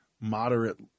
moderate